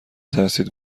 ترسید